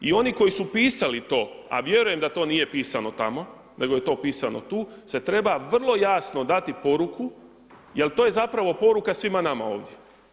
I oni koji su pisali to, a vjerujem da to nije pisano tamo, nego je to pisano tu se treba vrlo jasno dati poruku jer to je zapravo poruka svima nama ovdje.